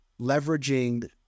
leveraging